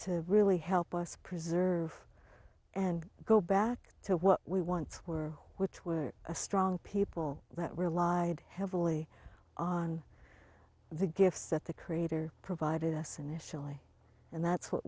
to really help us preserve and go back to what we once were which were a strong people that relied heavily on the gifts that the creator provided us initially and that's what